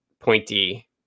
pointy